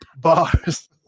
Bars